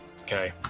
okay